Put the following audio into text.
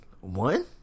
One